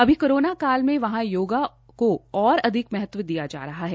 अभी कोरोनाकाल में वहां योगा को और अधिक महत्व दिया जा रहा है